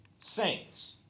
saints